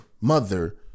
mother